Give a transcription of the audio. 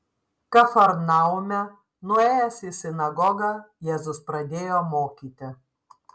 kafarnaume nuėjęs į sinagogą jėzus pradėjo mokyti